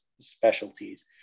specialties